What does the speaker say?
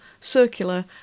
circular